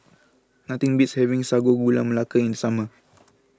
nothing beats having Sago Gula Melaka in the summer